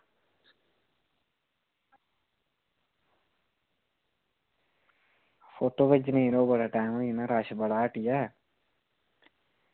photo भेजनी ते बड़ा रश होई जंदा बड़ा हट्टिया